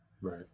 Right